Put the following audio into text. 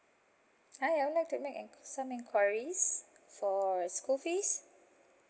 hi I would like to make en~ some enquiries for school fees